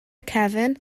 cefn